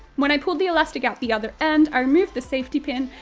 when i pulled the elastic out the other end, i removed the safety pin,